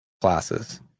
classes